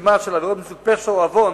"רשימת עבירות מסוג פשע או עוון,